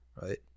right